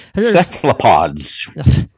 cephalopods